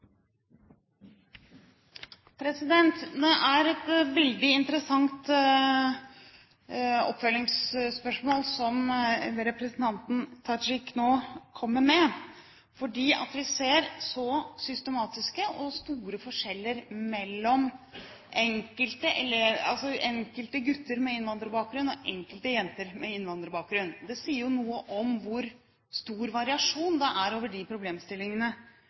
systematiske og store forskjeller mellom enkelte gutter med innvandrerbakgrunn og enkelte jenter med innvandrerbakgrunn. Det sier noe om hvor stor variasjon det er i de problemstillingene